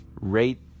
rate